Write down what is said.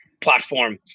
platform